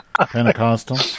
Pentecostal